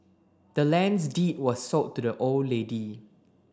the land's deed was sold to the old lady